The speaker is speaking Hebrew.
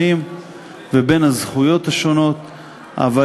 התשע"ד 2014,